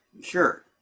Sure